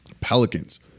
Pelicans